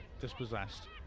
dispossessed